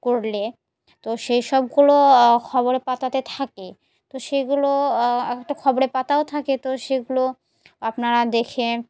করলে তো সেই সবগুলো খবরের পাতাতে থাকে তো সেগুলো একটা খবরের পাতাও থাকে তো সেগুলো আপনারা দেখে